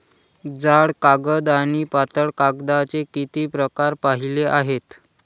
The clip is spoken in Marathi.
जाड कागद आणि पातळ कागदाचे किती प्रकार पाहिले आहेत?